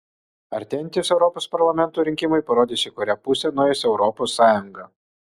artėjantys europos parlamento rinkimai parodys į kurią pusę nueis europos sąjunga